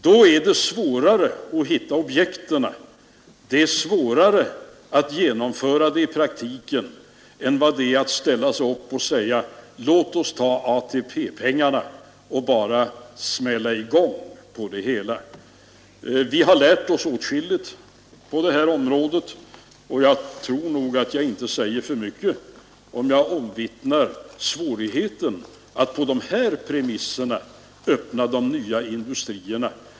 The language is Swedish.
Om man ställer de kraven NR Vi har lärt oss å Allmänpolitisk är det svårare att finna objekt och att genomföra dessa i praktiken än det är att ställa sig upp och säga: Låt oss ta ATP-pengarna och bara sätta i gång det hela! tskilligt på det här området, och jag tror inte jag säger för mycket om jag omvittnar svårigheten att på dessa premisser öppna nya industrier.